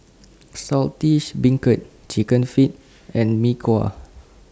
Saltish Beancurd Chicken Feet and Mee Kuah